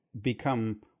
become